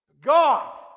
God